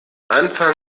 anfang